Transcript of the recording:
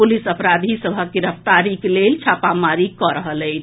police अपराधी सभक गिरफ्तारीक लेल छापामारी कऽ रहल अछि